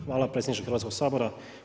Hvala predsjedniče Hrvatskoga sabora.